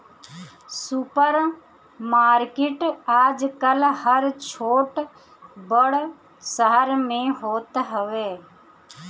super market आजकल हर छोट बड़ शहर में होत हवे